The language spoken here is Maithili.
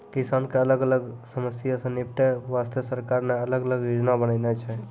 किसान के अलग अलग समस्या सॅ निपटै वास्तॅ सरकार न अलग अलग योजना बनैनॅ छै